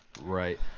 Right